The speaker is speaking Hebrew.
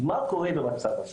מה קורה במצב כזה?